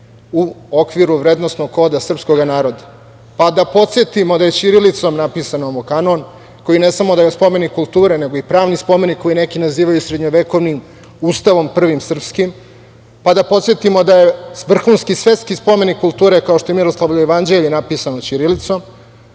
u okviru vrednosnog koda srpskoga naroda. Da podsetimo da je ćirilicom napisan Nomokanon, koji je samo da je spomenik kulture nego i pravni spomenik koji neki nazivaju srednjovekovnim ustavom, prvim srpskim, pa da podsetimo da je vrhunski svetski spomenik kulture kao što je Miroslavljevo jevanđelje napisano ćirilicom,